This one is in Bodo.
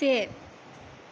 से